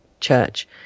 Church